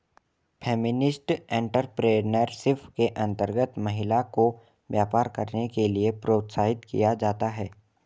feminist entrepreneurship के अंतर्गत महिला को व्यापार करने के लिए प्रोत्साहित किया जाता है